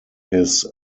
his